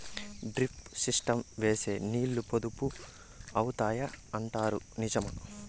Drip system వేస్తే నీళ్లు పొదుపు అవుతాయి అంటారు నిజమా?